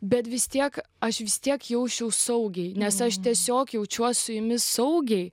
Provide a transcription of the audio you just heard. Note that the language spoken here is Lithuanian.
bet vis tiek aš vis tiek jausčiausi saugiai nes aš tiesiog jaučiuos su jumis saugiai